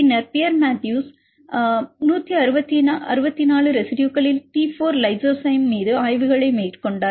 பின்னர் Pierre Matthews 164 ரெசிடுயுகளில் T 4 lysozyme மீது ஆய்வுகளை மேற்கொண்டார்